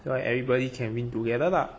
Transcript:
so that everybody can win together lah